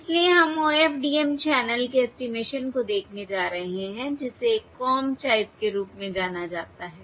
इसलिए हम OFDM channel के ऐस्टीमेशन को देखने जा रहे हैं जिसे एक कॉम टाइप के रूप में जाना जाता है